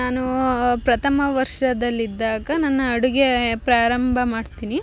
ನಾನು ಪ್ರಥಮ ವರ್ಷದಲ್ಲಿದ್ದಾಗ ನನ್ನ ಅಡುಗೆ ಪ್ರಾರಂಭ ಮಾಡ್ತೀನಿ